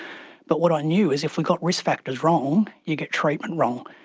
but what i knew is if we got risk factors wrong, you get treatment wrong.